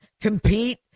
compete